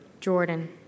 Jordan